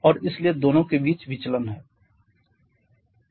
और इसलिए दोनों के बीच विचलन है